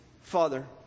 Father